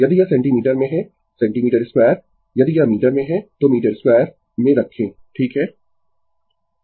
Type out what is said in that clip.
यदि यह सेंटीमीटर में है सेंटीमीटर 2 यदि यह मीटर में है तो मीटर 2 में रखें ठीक है